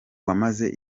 wamaze